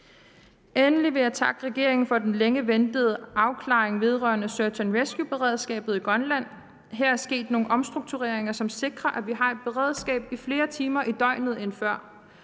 Endelig vil jeg takke regeringen for den længe ventede afklaring vedrørende search and rescue-beredskabet i Grønland. Her er der sket nogle omstruktureringer, som sikrer, at vi har et beredskab i flere timer i døgnet end før,